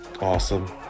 Awesome